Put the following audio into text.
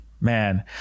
Man